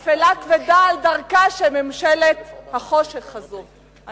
אפלה כבדה על דרכה של ממשלת החושך הזאת.